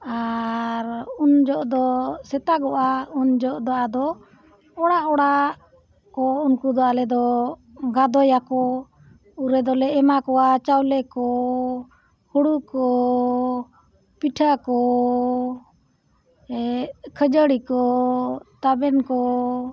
ᱟᱨᱻ ᱩᱱ ᱡᱚᱦᱚᱜ ᱫᱚ ᱥᱮᱛᱟᱜᱚᱜᱼᱟ ᱩᱱ ᱡᱚᱦᱚᱜ ᱫᱚ ᱟᱫᱚ ᱚᱲᱟᱜᱼᱚᱲᱟᱜ ᱠᱚ ᱩᱱᱠᱩ ᱟᱞᱮ ᱫᱚ ᱜᱟᱫᱚᱭ ᱟᱠᱚ ᱩᱱ ᱨᱮᱫᱚᱞᱮ ᱮᱢᱟ ᱠᱚᱣᱟ ᱪᱟᱣᱞᱮ ᱠᱚ ᱦᱩᱲᱩ ᱠᱚ ᱯᱤᱴᱷᱟᱹ ᱠᱚ ᱠᱷᱟᱹᱡᱟᱹᱲᱤ ᱠᱚ ᱛᱟᱵᱮᱱ ᱠᱚ